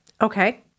Okay